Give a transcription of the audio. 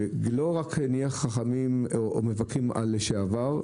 שלא רק נהיה חכמים או מבכים על לשעבר,